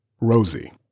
Rosie